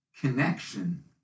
connection